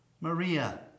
Maria